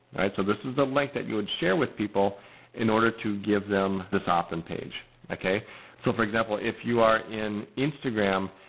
so this is a link that you would share with people in order to give them this opt-in page. so for example, if you are in instagram,